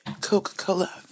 Coca-Cola